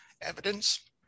evidence